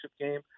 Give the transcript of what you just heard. game